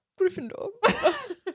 Gryffindor